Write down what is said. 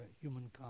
humankind